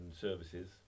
services